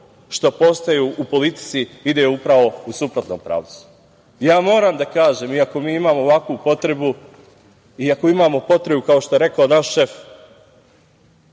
što postoji u politici ide upravo u suprotnom pravcu. Moram da kažem, iako mi imamo ovakvu potrebu, i ako imamo potrebu kao što je rekao naš šef